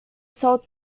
sault